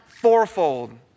fourfold